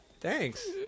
Thanks